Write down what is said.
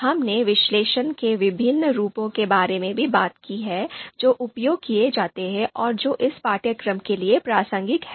हमने विश्लेषण के विभिन्न रूपों के बारे में भी बात की है जो उपयोग किए जाते हैं और जो इस पाठ्यक्रम के लिए प्रासंगिक हैं